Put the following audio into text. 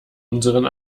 unseren